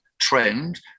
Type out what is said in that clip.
trend